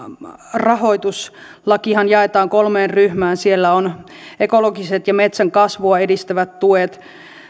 rahoituslakihan jaetaan kolmeen ryhmään siellä on ekologiset ja metsän kasvua edistävät tuet